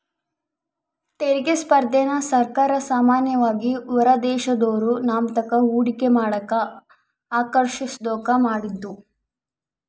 ತೆರಿಗೆ ಸ್ಪರ್ಧೆನ ಸರ್ಕಾರ ಸಾಮಾನ್ಯವಾಗಿ ಹೊರದೇಶದೋರು ನಮ್ತಾಕ ಹೂಡಿಕೆ ಮಾಡಕ ಆಕರ್ಷಿಸೋದ್ಕ ಮಾಡಿದ್ದು